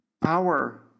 power